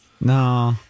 No